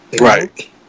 Right